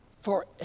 forever